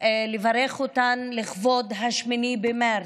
לברך אותן לכבוד 8 במרץ,